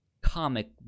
comic